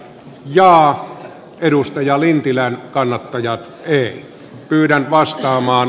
kannatan edustaja lintilän kannattaja ei kyllä vastaamaan